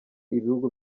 ibihugu